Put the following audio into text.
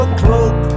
cloak